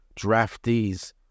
draftees